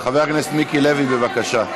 חבר הכנסת מיקי לוי, בבקשה.